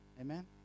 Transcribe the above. Amen